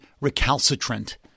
recalcitrant